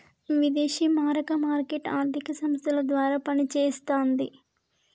విదేశీ మారక మార్కెట్ ఆర్థిక సంస్థల ద్వారా పనిచేస్తన్నది